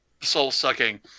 soul-sucking